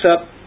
up